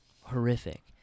horrific